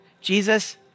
Jesus